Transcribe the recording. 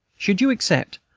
should you accept,